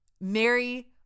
Mary